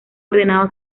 ordenado